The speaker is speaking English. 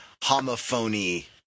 homophony